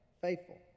faithful